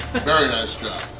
very nice job!